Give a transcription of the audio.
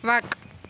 وق